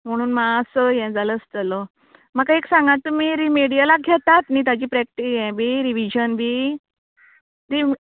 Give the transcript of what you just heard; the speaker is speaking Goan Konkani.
म्हुणून मात्सो यें जाला आसतलो म्हाका एक सांगा तुमी रेमेडियलाक घेता न्ही ताजें प्रेक्टीकल ताजें घेता न्ही यें बी रिव्हीजन बी न्ही